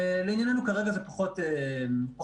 לענייננו כרגע זה פחות משנה.